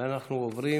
אנחנו עוברים